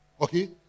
Okay